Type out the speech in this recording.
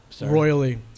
Royally